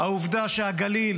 העובדה שהגליל